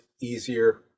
easier